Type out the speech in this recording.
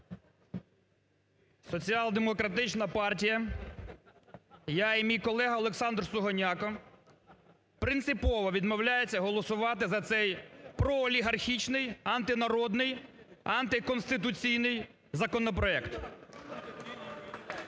Соціал-демократична партія, я і мій колега Олександр Сугоняко принципово відмовляється голосувати за цей проолігархічний, антинародний, антиконституційний законопроект.